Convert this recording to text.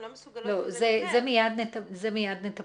הן לא מסוגלות --- זה מיד נטפל.